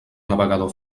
navegador